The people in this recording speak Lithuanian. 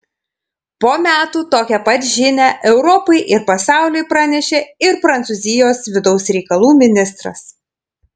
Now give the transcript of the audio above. po metų tokią pat žinią europai ir pasauliui pranešė ir prancūzijos vidaus reikalų ministras